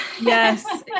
yes